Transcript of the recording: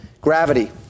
gravity